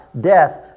death